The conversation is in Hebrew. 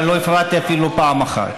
אבל לא הפרעתי אפילו פעם אחת.